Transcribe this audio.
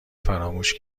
فراموش